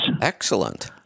Excellent